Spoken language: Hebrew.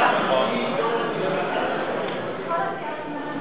אמירות כאלה,